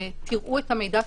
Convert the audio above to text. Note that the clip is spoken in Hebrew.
תראו את המידע,